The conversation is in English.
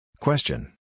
Question